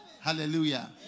hallelujah